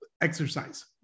exercise